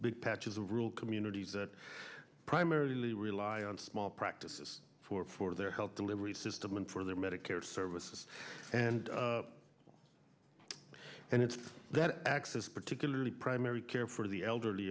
big patches of rural communities that primarily rely on small practices for for their health delivery system and for their medicare services and and it's that access particularly primary care for the elderly